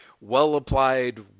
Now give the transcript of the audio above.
well-applied